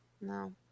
No